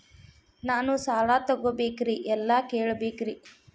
ನಾನು ಸಾಲ ತೊಗೋಬೇಕ್ರಿ ಎಲ್ಲ ಕೇಳಬೇಕ್ರಿ?